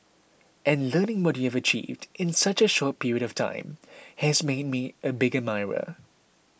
and learning what you have achieved in such a short period of time has made me a big admirer